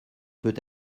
peut